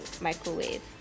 microwave